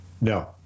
No